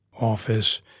office